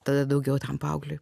tada daugiau tam paaugliui